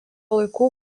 laikų